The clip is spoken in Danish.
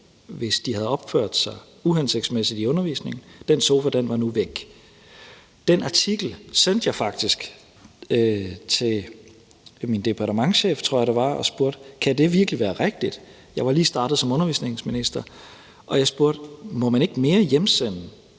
hvis de havde opført sig uhensigtsmæssigt i undervisningen, nu er væk. Den artikel sendte jeg faktisk til min departementschef, tror jeg det var, og spurgte: Kan det virkelig være rigtigt? Jeg var lige startet som undervisningsminister, og jeg spurgte: Må man ikke mere sende